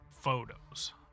photos